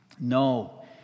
No